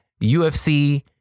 UFC